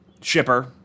shipper